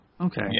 Okay